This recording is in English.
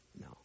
no